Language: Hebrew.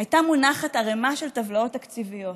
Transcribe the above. הייתה מונחת ערמה של טבלאות תקציביות.